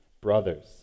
Brothers